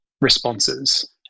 responses